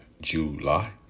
July